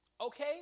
Okay